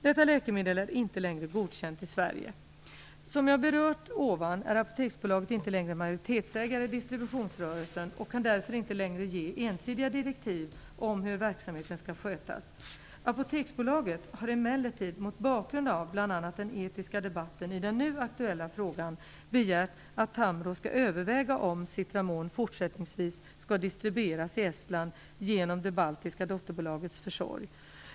Detta läkemedel är inte längre godkänt i Som jag berört ovan är Apoteksbolaget inte längre majoritetsägare i distributionsrörelsen och kan därför inte längre ge ensidiga direktiv om hur verksamheten skall skötas. Apoteksbolaget har emellertid mot bakgrund av bl.a. den etiska debatten i den nu aktuella frågan begärt att Tamro skall överväga om Citramon fortsättningsvis skall distribueras i Estland genom det baltiska dotterbolagets försorg.